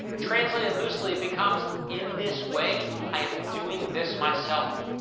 translated loosely, it becomes in this way, i am doing this myself.